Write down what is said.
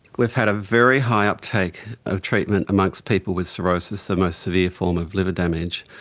we've had a very high uptake of treatment amongst people with cirrhosis, the most severe form of liver damage,